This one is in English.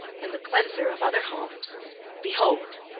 and the cleanser of other homes behold,